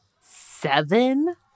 Seven